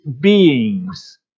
beings